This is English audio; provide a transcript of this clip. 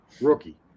rookie